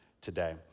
today